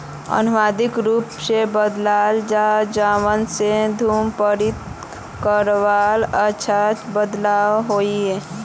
आनुवांशिक रूप से बद्लाल ला जानवर से दूध पूर्ति करवात अच्छा बदलाव होइए